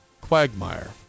Quagmire